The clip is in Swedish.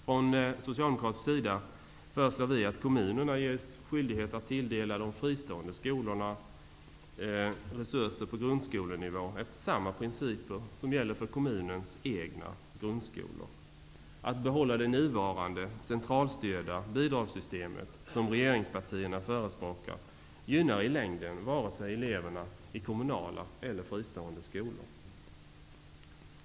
Från socialdemokratisk sida föreslår vi att kommunerna ges skyldighet att tilldela de fristående skolorna resurser på grundskolenivå efter samma principer som gäller för kommunens egna grundskolor. Att behålla det nuvarande centralstyrda bidragssystemet som regeringspartierna förespråkar gynnar i längden varken eleverna i kommunala eller i fristående skolor.